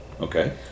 Okay